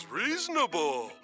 reasonable